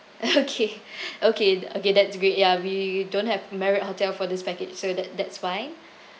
okay okay okay that's great ya we don't have marriott hotel for this package so that that's fine